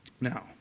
Now